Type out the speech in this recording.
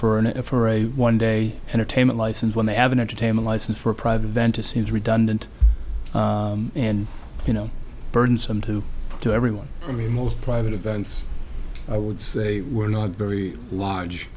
a for a one day entertainment license when they have an entertainment license for a private event to seems redundant and you know burdensome to to everyone i mean most private events i would say were not very large